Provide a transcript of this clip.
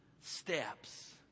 steps